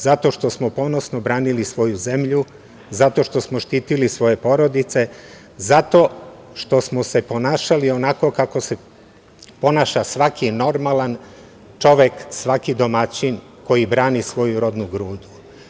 Zato što smo ponosno branili svoju zemlju, zato što smo štitili svoje porodice, zato što smo se ponašali onako kako se ponaša svaki normalan čovek, svaki domaćin koji brani svoju rodnu grudu.